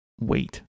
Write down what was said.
wait